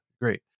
Great